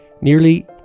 nearly